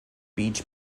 beach